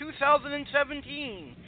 2017